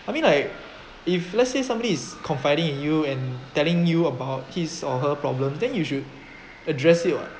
I mean like if let's say somebody is confiding in you and telling you about his or her problem then you should address it [what]